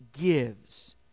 gives